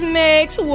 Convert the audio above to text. makes